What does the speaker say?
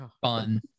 fun